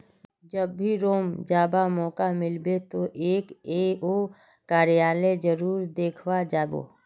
जब भी रोम जावा मौका मिलबे तो एफ ए ओ कार्यालय जरूर देखवा जा बो